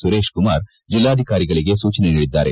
ಸುರೇಶ್ಕುಮಾರ್ ಜಿಲ್ಲಾಧಿಕಾರಿಗಳಿಗೆ ಸೂಚನೆ ನೀಡಿದ್ದಾರೆ